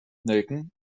nelken